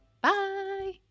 Bye